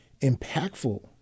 impactful